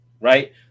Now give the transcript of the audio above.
right